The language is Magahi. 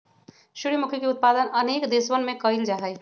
सूर्यमुखी के उत्पादन अनेक देशवन में कइल जाहई